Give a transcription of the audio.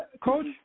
Coach